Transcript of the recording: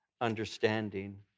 understanding